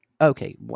Okay